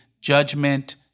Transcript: judgment